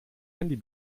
handy